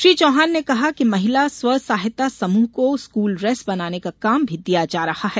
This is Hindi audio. श्री चौहान ने कहा है कि महिला स्वसहायता समूह को स्कूल ड्रेस बनाने का काम भी दिया जा रहा है